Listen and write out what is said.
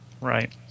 Right